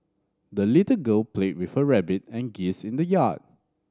the little girl played with her rabbit and geese in the yard